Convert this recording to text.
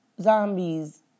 zombies